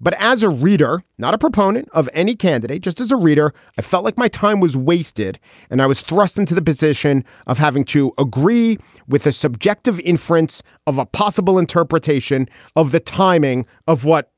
but as a reader, not a proponent of any candidate, just as a reader, i felt like my time was wasted and i was thrust into the position of having to agree with a subjective inference of a possible interpretation of the timing of what